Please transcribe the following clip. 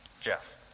Jeff